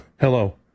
Hello